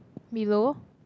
middle